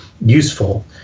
useful